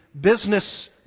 business